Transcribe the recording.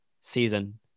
season